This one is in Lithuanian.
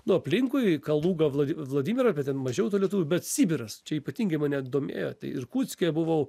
nu aplinkui kalugą vladi vladimirą bet ten mažiau tų lietuvių bet sibiras čia ypatingai mane domėjo irkutske buvau